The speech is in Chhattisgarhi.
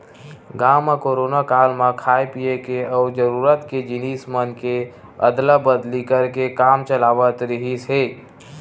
गाँव म कोरोना काल म खाय पिए के अउ जरूरत के जिनिस मन के अदला बदली करके काम चलावत रिहिस हे